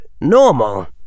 normal